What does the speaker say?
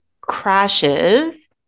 crashes